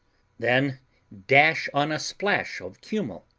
then dash on a splash of kummel,